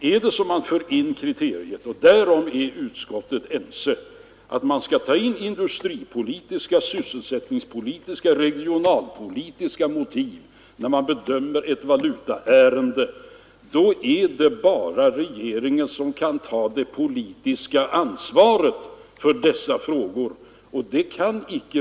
För man in kriteriet — och därom är utskottet ense — att hänsyn skall tas till industripolitiska, sysselsättningspolitiska och regionalpolitiska motiv vid bedömningen av ett valutaärende, då är det bara regeringen som kan ta det politiska ansvaret.